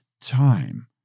time